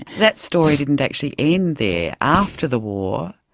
that story didn't actually end there. after the war,